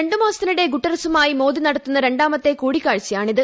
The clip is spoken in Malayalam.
രണ്ടു മാസത്തിനിടെ ഗുട്ടേഴ്സുമായി മോദി നടത്തുന്ന രണ്ടാമത്തെ കൂടിക്കാഴ്ചയാണിത്